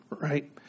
right